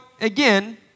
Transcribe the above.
again